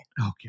okay